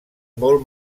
molt